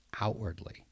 outwardly